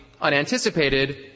unanticipated